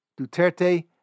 Duterte